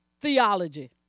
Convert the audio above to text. theology